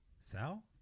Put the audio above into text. sal